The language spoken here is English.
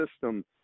system